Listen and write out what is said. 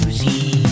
see